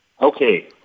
Okay